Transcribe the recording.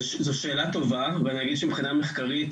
זו שאלה טובה ואני אגיד שמבחינה מחקרית